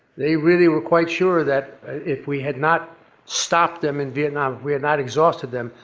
they really were quite sure that if we had not stopped them in vietnam, if we had not exhausted them,